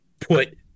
put